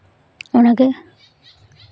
ᱚᱱᱟᱜᱮ